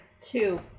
Two